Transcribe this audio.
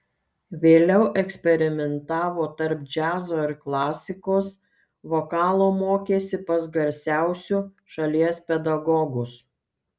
vėliau eksperimentavo tarp džiazo ir klasikos vokalo mokėsi pas garsiausiu šalies pedagogus